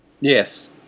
Yes